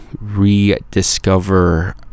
rediscover